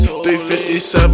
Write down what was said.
357